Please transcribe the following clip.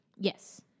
Yes